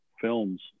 films